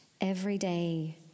everyday